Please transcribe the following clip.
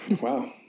Wow